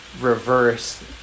reverse